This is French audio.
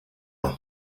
ans